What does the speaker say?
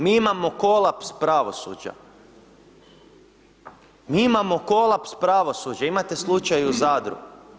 Mi imamo kolaps pravosuđa, mi imamo kolaps pravosuđa imate slučaj u Zadru.